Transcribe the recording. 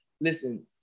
Listen